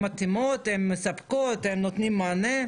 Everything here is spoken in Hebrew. הן מתאימות, הן מספקות, הן נותנות מענה?